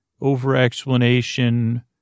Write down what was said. over-explanation